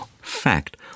Fact